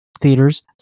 theaters